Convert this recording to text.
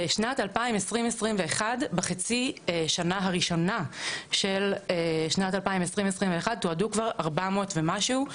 בשנת 2021 בחצי שנה הראשונה של שנת 2021 תועדו כבר 400 ומשהו,